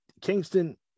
Kingston